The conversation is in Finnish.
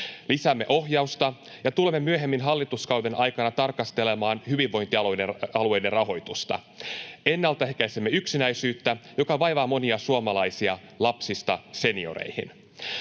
Lisäämme ohjausta, ja tulemme myöhemmin hallituskauden aikana tarkastelemaan hyvinvointialueiden rahoitusta. Ennaltaehkäisemme yksinäisyyttä, joka vaivaa monia suomalaisia lapsista senioreihin.